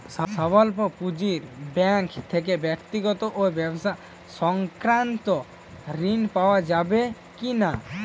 স্বল্প পুঁজির ব্যাঙ্ক থেকে ব্যক্তিগত ও ব্যবসা সংক্রান্ত ঋণ পাওয়া যাবে কিনা?